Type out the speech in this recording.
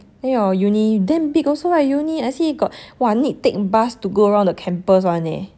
then your uni damn big also [what] uni I see got !wah! need take bus to go around the campus [one] eh